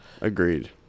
Agreed